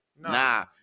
nah